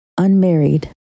Unmarried